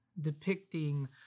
depicting